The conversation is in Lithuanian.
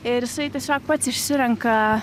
ir jisai tiesiog pats išsirenka